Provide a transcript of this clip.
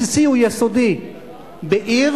בסיסי ויסודי בעיר,